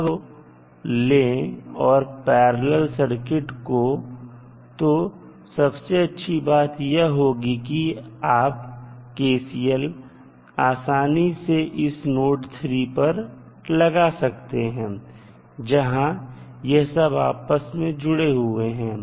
अब अगर आप इन दोनों इनिशियल कंडीशन को ले और पैरलल सर्किट को तो सबसे अच्छी बात यह होगी कि आप KCL आसानी से इस नोड 3 पर लगा सकते हैं जहां यह सब आपस में जुड़े हुए हैं